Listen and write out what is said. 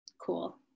cool